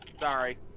Sorry